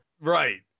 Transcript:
Right